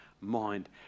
mind